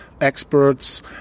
experts